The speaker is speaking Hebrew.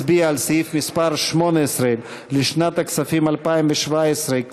סעיף 18 לשנת הכספים 2017,